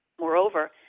Moreover